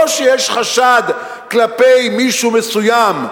לא שיש חשד כלפי מישהו מסוים,